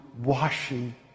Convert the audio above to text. washing